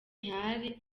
ntihari